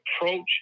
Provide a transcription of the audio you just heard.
approach